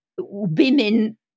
women